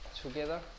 together